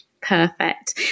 perfect